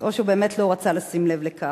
או שהוא באמת לא רצה לשים לב לכך.